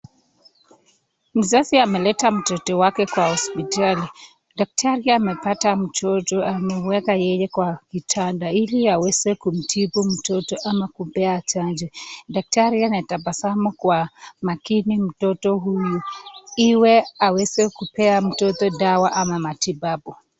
Mzazi ameleta mtoto wake kwa hospitali , daktari amepata mtoto ameweka yeye kwa kitanda hili aweze kumtibu mtoto ama kupea chanjo daktari anatabasamu kwa making mtoto huyu iwe aweze kupea mtoto dawa ama matibabu.